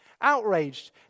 outraged